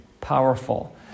powerful